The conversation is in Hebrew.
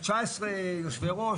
19יושבי ראש,